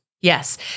yes